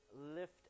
Lift